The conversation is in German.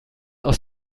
aus